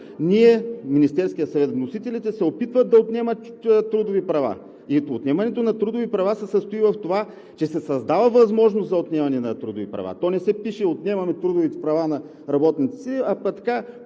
труд. Министерският съвет, вносителите, се опитват да отнемат тези трудови права. Отнемането на трудови права се състои в това, че се създава възможност за отнемане на трудови права. То не се пише, че отнемаме трудовите права на работниците, а така